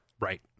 Right